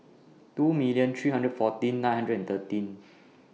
two million three hundred fourteen nine hundred and thirteen